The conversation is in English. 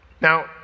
Now